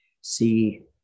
see